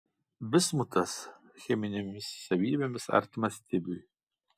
bismutas cheminėmis savybėmis artimas stibiui